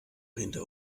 hinter